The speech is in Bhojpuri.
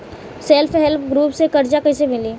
सेल्फ हेल्प ग्रुप से कर्जा कईसे मिली?